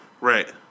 Right